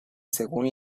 según